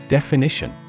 Definition